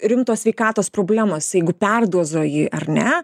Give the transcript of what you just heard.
rimtos sveikatos problemos jeigu perdozuoji ar ne